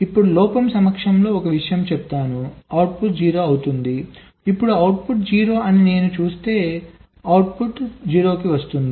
ఇప్పుడు లోపం సమక్షంలో ఒక విషయం చెప్పు అవుట్పుట్ 0 అవుతుంది ఇప్పుడు అవుట్పుట్ 0 అని నేను చూస్తే కాబట్టి అవుట్పుట్ 0 కి వస్తోంది